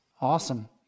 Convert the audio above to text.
Awesome